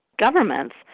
governments